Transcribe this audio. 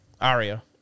Aria